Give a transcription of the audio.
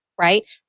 right